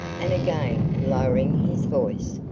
and again lowering his voice.